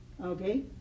okay